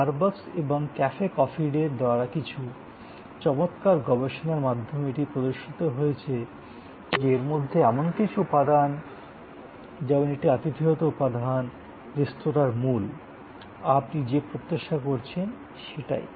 Starbucks এবং Cafe Coffee ডেয়ের দ্বারা করা কিছু চমৎকার গবেষণার মাধ্যমে এটি প্রদর্শিত হয়েছে যে এর মধ্যে এমন কিছু উপাদান যেমন একটি আতিথেয়তা উপাদান রেস্তোঁরার মূল আপনি যে প্রত্যাশা করছেন সেটাই